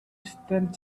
stand